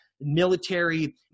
military